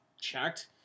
checked